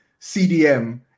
CDM